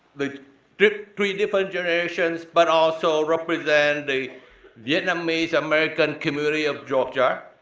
the three different generations, but also represent the vietnamese-american community of georgia,